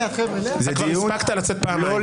אתה לא רוצה להשיב?